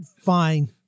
fine